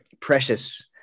precious